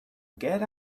get